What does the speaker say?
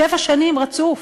שבע שנים רצוף,